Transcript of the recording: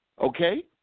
Okay